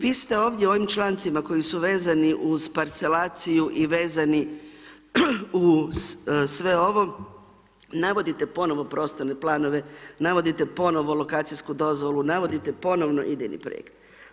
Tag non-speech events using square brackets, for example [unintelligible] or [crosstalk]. Vi ste ovdje u ovim člancima koji su vezani uz parcelaciju i vezani uz sve ovo, navodite ponovno prostorne planove, navodite ponovno lokacijsku dozvolu, navodite ponovno … [unintelligible] projekt.